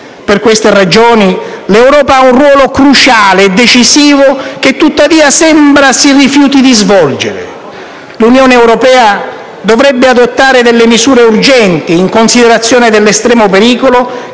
Per queste ragioni, l'Europa ha un ruolo cruciale e decisivo che, tuttavia, sembra si rifiuti di svolgere. L'Unione europea dovrebbe adottare delle misure urgenti in considerazione dell'estremo pericolo